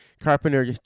Carpenter